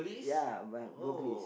ya vocalist